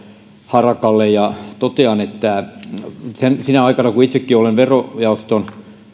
harakalle ja totean että sinä aikana kun itsekin olen verojaoston